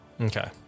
okay